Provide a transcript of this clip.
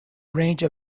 range